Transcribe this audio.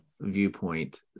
viewpoint